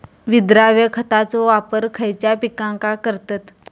विद्राव्य खताचो वापर खयच्या पिकांका करतत?